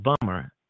bummer